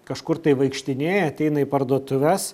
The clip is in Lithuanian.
kažkur tai vaikštinėja ateina į parduotuves